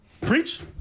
Preach